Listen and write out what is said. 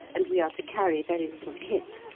and we are to carry very little kit.